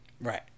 Right